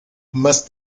más